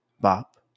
Bop